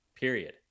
period